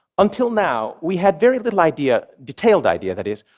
until now, we had very little idea, detailed idea, that is,